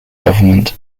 government